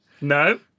no